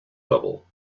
level